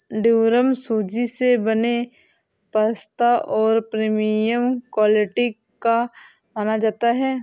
durum सूजी से बने पास्ता को प्रीमियम क्वालिटी का माना जाता है